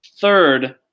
third